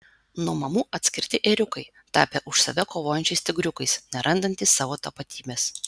nuo mamų atskirti ėriukai tapę už save kovojančiais tigriukais nerandantys savo tapatybės